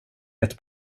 ett